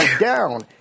down